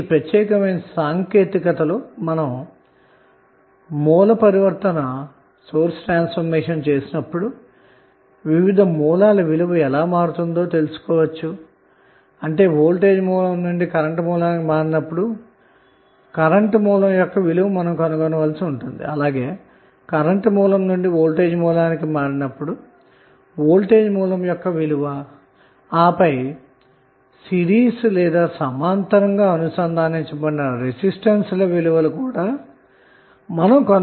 ఈ ప్రత్యేకమైన సాంకేతికతలో మనం సోర్స్ ట్రాన్సఫార్మషన్ చేయునప్పుడు వివిధ సోర్స్ ల విలువ ఎలా మారుతుందో తెలుసుకోవచ్చు అంటే వోల్టేజ్ సోర్స్ నుండి కరెంటు సోర్స్ కి మారినప్పుడు కరెంటు సోర్స్ విలువ కనుక్కోవాలి అలాగే కరెంటు సోర్స్ నుంచి వోల్టేజ్ సోర్స్ కి మారినప్పుడు వోల్టేజ్ సోర్స్ విలువను మరియు సిరీస్ లేదా సమాంతరంగా అనుసంధానించబడిన రెసిస్టెన్స్ యొక్క విలువను కనుక్కోవాలి అన్న మాట